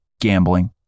gambling